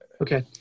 Okay